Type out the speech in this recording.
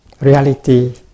Reality